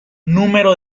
número